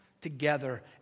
together